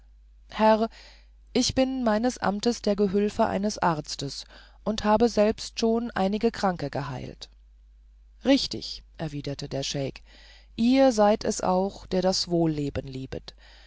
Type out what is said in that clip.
herr ich bin meines amtes der gehülfe eines arztes und habe selbst schon einige kranke geheilt richtig erwiderte der scheik und ihr seid es auch der das wohlleben liebet